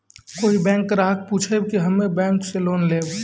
कोई बैंक ग्राहक पुछेब की हम्मे बैंक से लोन लेबऽ?